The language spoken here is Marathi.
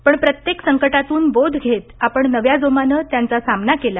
पण प्रत्येक संकटातून बोध घेत आपण नव्या जोमानं त्यांचा सामना केला